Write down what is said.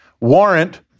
warrant